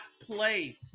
play